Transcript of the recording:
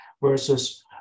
versus